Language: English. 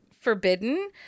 forbidden